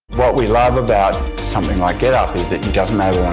what we love about something like getup! is that it doesn't matter um